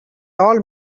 all